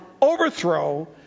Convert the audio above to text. overthrow